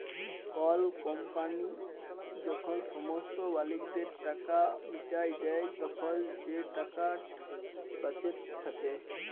call company যখল সমস্ত মালিকদের টাকা মিটাঁয় দেই, তখল যে টাকাট বাঁচে থ্যাকে